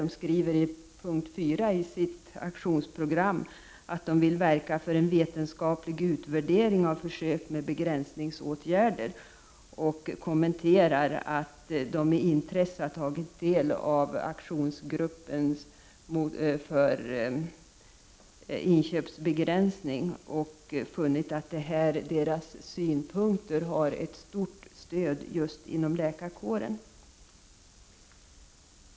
Den skriver under p-4 i sitt aktionsprogram att den vill verka för en vetenskaplig utvärdering av försök med begränsningsåtgärder. De kommenterar att de med intresse har tagit del av kommitténs förslag om inköpsbegränsning och funnit att dessa synpunkter har ett stort stöd just inom läkarkåren.